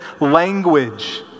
language